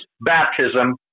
baptism